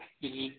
जी